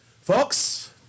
Folks